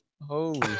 Holy